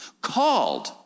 called